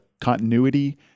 continuity